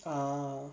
ah